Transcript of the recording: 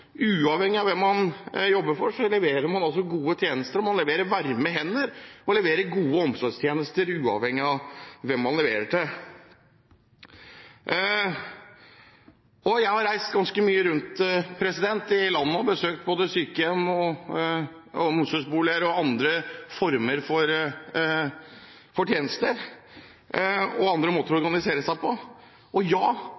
uavhengig av hvem man jobber for, leverer man gode tjenester. Man leverer varme hender og gode omsorgstjenester uavhengig av hvem man leverer til. Jeg har reist ganske mye rundt i landet og besøkt både sykehjem, omsorgsboliger og andre former for tjenester og måter å